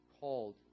called